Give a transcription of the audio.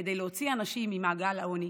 כדי להוציא אנשים ממעגל העוני